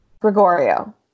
Gregorio